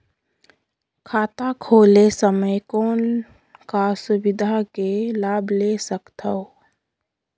खाता खोले समय कौन का सुविधा के लाभ ले सकथव?